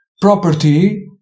property